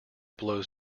blows